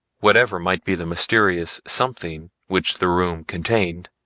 whatever might be the mysterious something which the room contained,